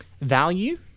value